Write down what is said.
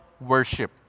worship